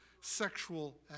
sexual